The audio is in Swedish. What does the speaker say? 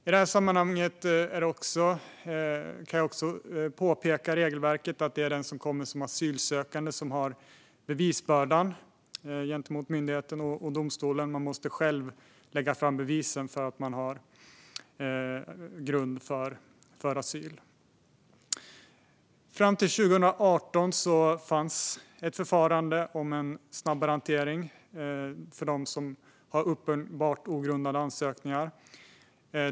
I det här sammanhanget vill jag också påpeka att regelverket säger att det är den som kommer som asylsökande som har bevisbördan gentemot myndigheten och domstolen. Man måste själv lägga fram bevisen för att man har grund för asyl. Fram till 2018 fanns ett förfarande med en snabbare hantering för dem som har uppenbart ogrundade ansökningar.